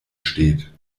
steht